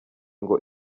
ngo